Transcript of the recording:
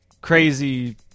crazy